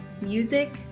music